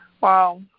Wow